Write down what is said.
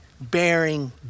bearing